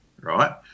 right